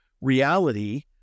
reality